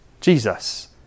Jesus